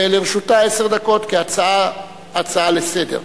לרשותה עשר דקות, כהצעה לסדר-היום.